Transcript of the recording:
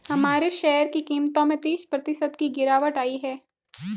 हमारे शेयर की कीमतों में तीस प्रतिशत की गिरावट आयी है